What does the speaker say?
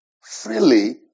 Freely